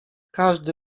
każdy